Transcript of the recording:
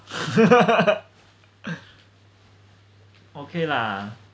okay lah